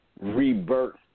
rebirth